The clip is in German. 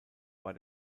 war